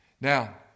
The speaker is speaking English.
Now